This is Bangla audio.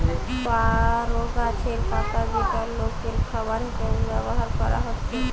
তরো গাছের পাতা যেটা লোকের খাবার হিসাবে ব্যভার কোরা হচ্ছে